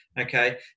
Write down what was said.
okay